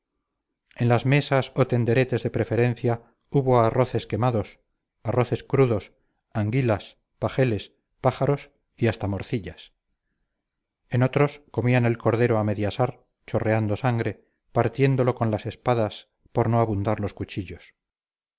en las mesas o tenderetes de preferencia hubo arroces quemados arroces crudos anguilas pajeles pájaros y hasta morcillas en otros comían el cordero a medio asar chorreando sangre partiéndolo con las espadas por no abundar los cuchillos